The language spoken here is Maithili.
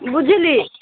बुझली